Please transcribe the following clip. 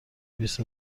بیست